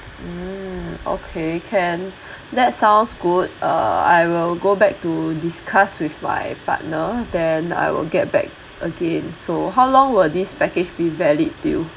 mm okay can that sounds good uh I will go back to discuss with my partner then I will get back again so how long will this package be valid till